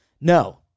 No